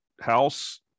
house